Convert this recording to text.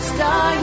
Star